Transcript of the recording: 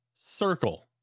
Circle